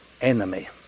enemy